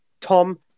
Tom